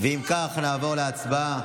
אם כך, נעבור להצבעה.